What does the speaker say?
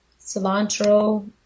cilantro